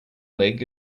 leg